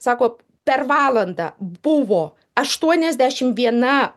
sako per valandą buvo aštuoniasdešim viena